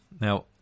Now